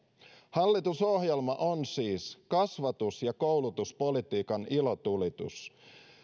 hallitusohjelma on siis kasvatus ja koulutuspolitiikan ilotulitus